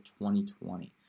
2020